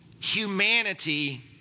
humanity